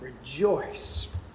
rejoice